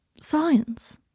science